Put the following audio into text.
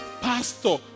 Pastor